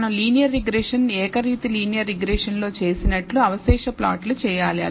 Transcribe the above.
మనం linear regression ఏకరీతి linear రిగ్రెషన్ లో చేసినట్లు అవశేష ప్లాట్లు చేయాలి